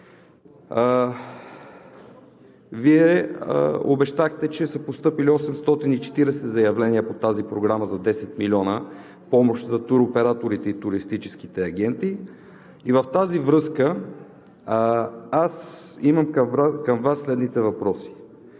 Вие обещахте, че са постъпили 840 заявления по тази програма за 10 млн. лв. помощи за туроператорите и туристическите агенти и в тази връзка аз имам към Вас следните въпроси: